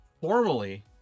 Formally